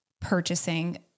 purchasing